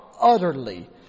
utterly